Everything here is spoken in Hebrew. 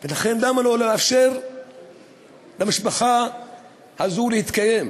ולכן למה לא לאפשר למשפחה הזו להתקיים?